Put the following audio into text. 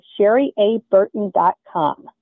SherryABurton.com